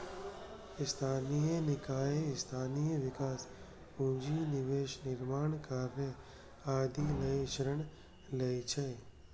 स्थानीय निकाय स्थानीय विकास, पूंजी निवेश, निर्माण कार्य आदि लए ऋण लै छै